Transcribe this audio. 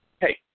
hey